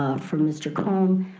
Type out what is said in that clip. from mr. comb,